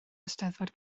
eisteddfod